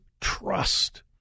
trust